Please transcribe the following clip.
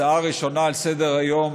הצעה ראשונה על סדר-היום,